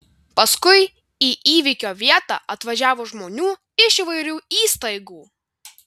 paskui į įvykio vietą atvažiavo žmonių iš įvairių įstaigų